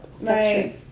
Right